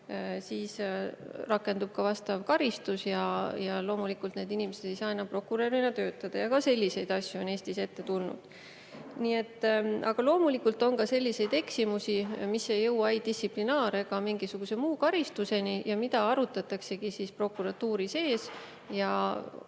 siis rakendub ka vastav karistus ja loomulikult need inimesed ei saa enam prokurörina töötada. Ka selliseid asju on Eestis ette tulnud. Aga loomulikult on ka selliseid eksimusi, mis ei jõua ei distsiplinaar‑ ega mingisuguse muu karistuseni, mida arutataksegi prokuratuuri sees ja